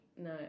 No